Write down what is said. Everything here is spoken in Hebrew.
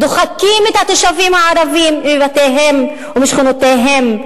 דוחקים את התושבים הערבים מבתיהם ומשכונותיהם.